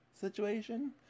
situation